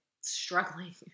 struggling